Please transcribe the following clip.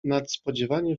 nadspodziewanie